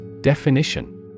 Definition